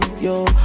yo